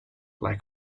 lie